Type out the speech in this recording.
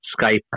Skype